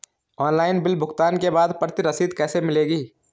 Online bill भुगतान के बाद प्रति रसीद कैसे मिलेगी?